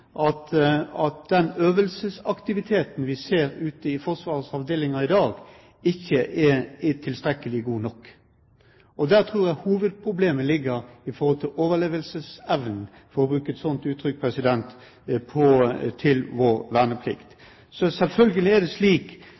at den øvelsesaktiviteten vi ser ute i Forsvarets avdelinger i dag, ikke er tilstrekkelig god nok. Der tror jeg hovedproblemet ligger i forhold til overlevelsesevnen, for å bruke et slikt uttrykk, for vår verneplikt. Selvfølgelig er det slik